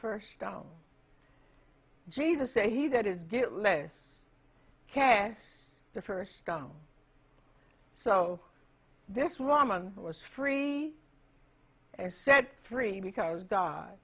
first stone jesus say he that is get less cast the first stone so this rahman was free and set free because god